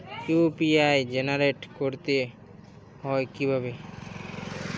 UPI generate করতে হয় কিভাবে?